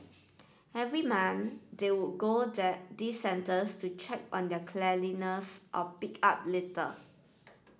every month they would go these centres to check on their cleanliness or pick up litter